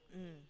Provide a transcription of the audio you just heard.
mm